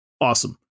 awesome